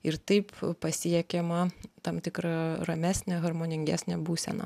ir taip pasiekiama tam tikra ramesnė harmoningesnė būsena